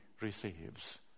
receives